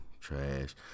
trash